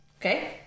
Okay